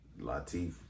latif